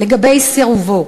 לגבי סירובו.